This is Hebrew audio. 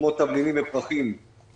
כמו תבלינים ופרחים,